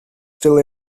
still